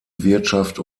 wirtschaft